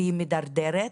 והיא מדרדרת.